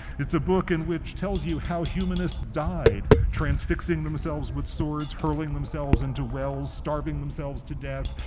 it's a book in which tells you how humanists died transfixing themselves with swords, hurling themselves into wells, starving themselves to death,